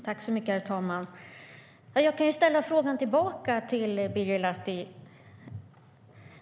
Herr ålderspresident! Jag kan ställa frågan tillbaka till Birger Lahti.